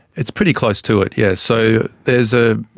it's pretty close to it, yes. so there's a